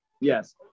Yes